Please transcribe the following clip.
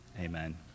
amen